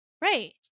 right